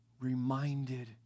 reminded